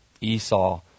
Esau